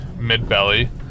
mid-belly